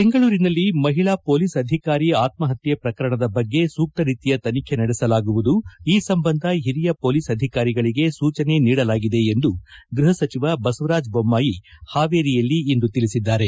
ಬೆಂಗಳೂರಿನಲ್ಲಿ ಮಹಿಳಾ ಮೊಲೀಸ್ ಅಧಿಕಾರಿ ಆತ್ಮಪತ್ತೆ ಪ್ರಕರಣದ ಬಗ್ಗೆ ಸೂಕ್ತ ರೀತಿಯ ತನಿಖೆ ನಡೆಸಲಾಗುವುದು ಈ ಸಂಬಂಧ ಹಿರಿಯ ಪೊಲೀಸ್ ಅಧಿಕಾರಿಗಳಿಗೆ ಸೂಚನೆ ನೀಡಲಾಗಿದೆ ಎಂದು ಗೃಹ ಸಚಿವ ಬಸವರಾಜ ಬೊಮ್ಮಾಯಿ ಹಾವೇರಿಯಲ್ಲಿಂದು ತಿಳಿಸಿದ್ದಾರೆ